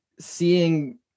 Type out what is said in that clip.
seeing